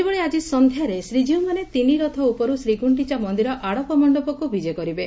ସେହିପରି ଆଜି ସଂଧ୍ଘାରେ ଶ୍ରୀଜୀଉମାନେ ତିନି ରଥ ଉପରୁ ଶ୍ରୀଗୁଖିଚା ମନ୍ଦିର ଆଡ଼ପମଶ୍ତପକୁ ବିଜେ କରିବେ